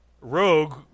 Rogue